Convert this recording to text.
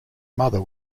mother